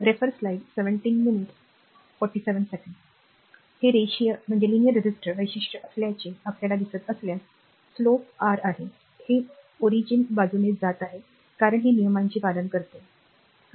हे रेखीय रजिस्टरचे वैशिष्ट्य असल्याचे आपल्याला दिसत असल्यास उतार आर आहे हे मूळच्या बाजूने जात आहे कारण हे नियमांचे पालन करते बरोबर